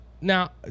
Now